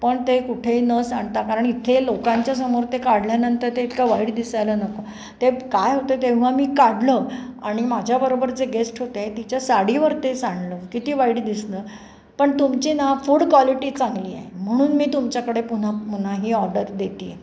पण ते कुठेही न सांडता कारण इथे लोकांच्यासमोर ते काढल्यानंतर ते इतकं वाईट दिसायला नको ते काय होतं तेव्हा मी काढलं आणि माझ्याबरोबर जे गेस्ट होते तिच्या साडीवर ते सांडलं किती वाईट दिसलं पण तुमची ना फूड क्वालिटी चांगली आहे म्हणून मी तुमच्याकडे पुन्हा पुन्हा ही ऑर्डर देते आहे